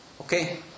Okay